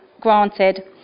granted